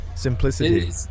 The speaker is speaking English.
simplicity